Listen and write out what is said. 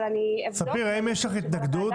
אבל אני אבדוק --- האם יש לך התנגדות